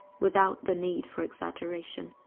without the need for exaggeration.